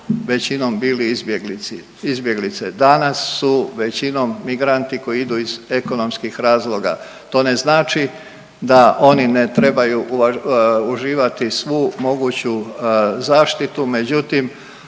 većinom bili izbjeglice. Danas su većinom migranti koji idu iz ekonomskih razloga. To ne znači da oni ne trebaju uživati svu moguću zaštitu, međutim